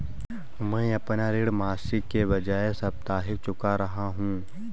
मैं अपना ऋण मासिक के बजाय साप्ताहिक चुका रहा हूँ